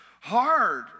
hard